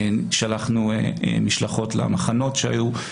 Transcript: שלחנו משלחות למחנות שהיו,